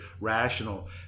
rational